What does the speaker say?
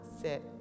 sit